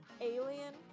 alien